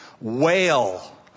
Wail